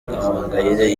gahongayire